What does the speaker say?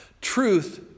Truth